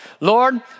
Lord